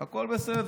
הכול בסדר.